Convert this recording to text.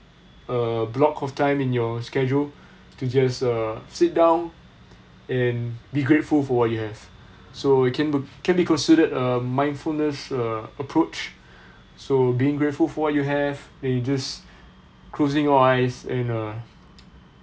a block of time in your schedule to just uh sit down and be grateful for what you have so it can be can be considered a mindfulness uh approach so being grateful for what you have uh you just closing eyes and uh